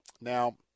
Now